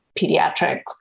pediatric